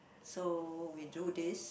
so we do this